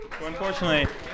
Unfortunately